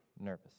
nervous